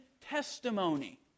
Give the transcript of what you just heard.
testimony